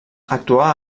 actuà